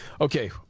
Okay